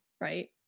right